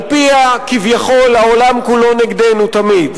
שעל-פיה כביכול העולם כולו נגדנו תמיד.